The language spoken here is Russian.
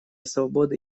свободы